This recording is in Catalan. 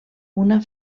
una